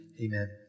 amen